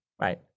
Right